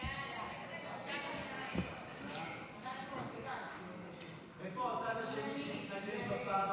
סעיפים 1 54 נתקבלו.